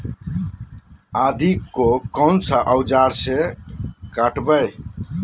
आदि को कौन सा औजार से काबरे?